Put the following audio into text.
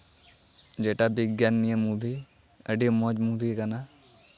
ᱡᱮᱴᱟ ᱵᱤᱜᱽᱜᱟᱱ ᱱᱤᱭᱮ ᱢᱩᱵᱷᱤ ᱟᱹᱰᱤ ᱢᱚᱡᱽ ᱢᱩᱵᱷᱤ ᱠᱟᱱᱟ